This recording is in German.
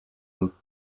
und